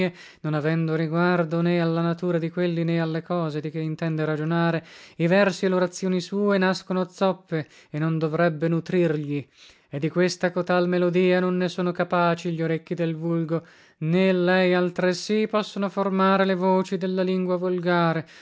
non avendo riguardo né alla natura di quelli né alle cose di che intende di ragionare i versi e lorazioni sue nascono zoppe e non dovrebbe nutrirgli e di questa cotal melodia non ne sono capaci glorecchi del vulgo né lei altresì possono formare le voci della lingua volgare